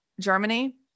Germany